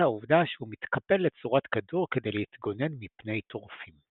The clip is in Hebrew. העובדה שהוא מתקפל לצורת כדור כדי להתגונן מפני טורפים.